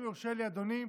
אם יורשה לי, אדוני,